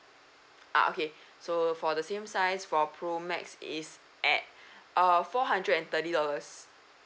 ah okay so for the same size for pro max is at uh four hundred and thirty dollars